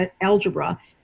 algebra